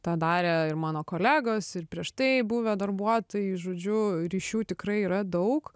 tą darė ir mano kolegos ir prieš tai buvę darbuotojai žodžiu ryšių tikrai yra daug